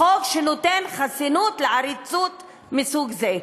לחוק שנותן חסינות לעריצות מסוג זה.